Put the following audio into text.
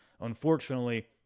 Unfortunately